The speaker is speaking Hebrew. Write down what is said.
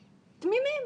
תמימים.